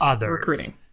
recruiting